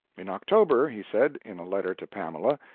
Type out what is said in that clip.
in october he said, in a letter to pamela,